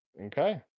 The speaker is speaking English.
okay